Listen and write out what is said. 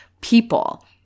people